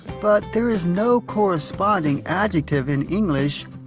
but, there is no corresponding adjective in english,